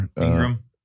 Ingram